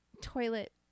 toilet